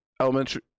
elementary